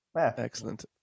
Excellent